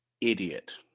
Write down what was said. idiot